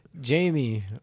Jamie